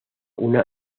una